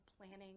planning